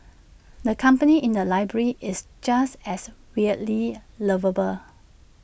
the company in the library is just as weirdly lovable